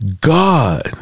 god